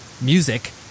music